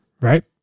right